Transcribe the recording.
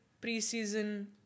pre-season